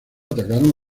atacaron